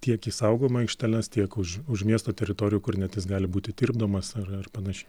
tiek į saugojimo aikšteles tiek už už miesto teritorijų kur net jis gali būti tirpdomas ar ar panašiai